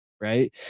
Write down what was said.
right